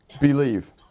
believe